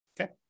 Okay